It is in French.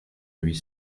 huit